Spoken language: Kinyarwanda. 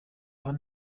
hano